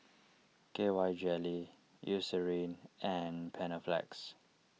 K Y Jelly Eucerin and Panaflex